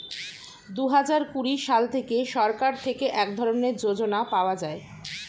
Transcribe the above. দুহাজার কুড়ি সাল থেকে সরকার থেকে এক ধরনের যোজনা পাওয়া যায়